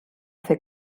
fer